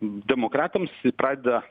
demokratams pradeda